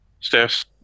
stairs